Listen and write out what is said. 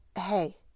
hey